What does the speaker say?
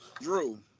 Drew